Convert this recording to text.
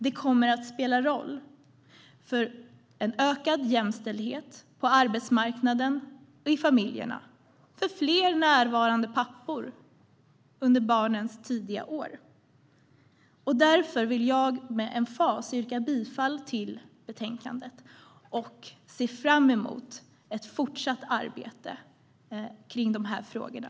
Det kommer att spela roll för en ökad jämställdhet på arbetsmarknaden och i familjerna och fler närvarande pappor under barnens tidiga år. Därför vill jag med emfas yrka bifall till utskottets förslag och ser fram emot ett fortsatt gemensamt arbete i de här frågorna.